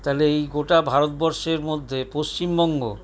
তাহলে এই গোটা ভারতবর্ষের মধ্যে পশ্চিমবঙ্গ